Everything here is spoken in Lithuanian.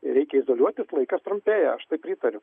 reikia izoliuotis laikas trumpėja aš tai pritariu